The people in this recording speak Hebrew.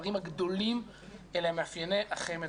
המספרים הגדולים אלה מאפייני החמ"ד